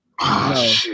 No